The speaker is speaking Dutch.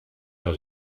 zou